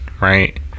right